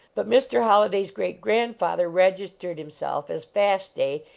but mr. holliday s great-grandfather registered himself as fast-day,